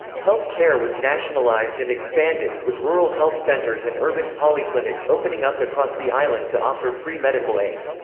health care was nationalized and expanded, with rural health centers and urban polyclinics opening up across the island to offer free medical aid.